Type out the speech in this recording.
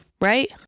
right